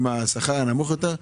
אלה עם השכר הנמוך יותר,